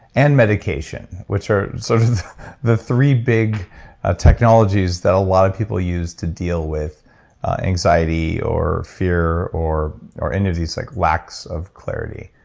and medication which are sort of the three big ah technologies that a lot of people use to deal with anxiety, or fear, or or any of these like lacks of clarity.